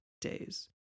days